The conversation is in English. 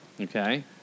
Okay